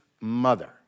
mother